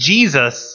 Jesus